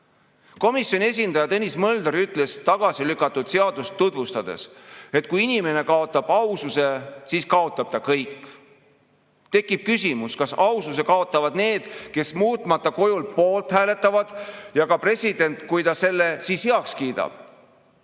Komisjoni esindaja Tõnis Mölder ütles tagasi lükatud seadust tutvustades, et kui inimene kaotab aususe, siis kaotab ta kõik. Tekib küsimus, kas aususe kaotavad need, kes muutmata kujul poolt hääletavad, ja ka president, kui ta selle siis heaks kiidab.